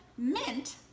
mint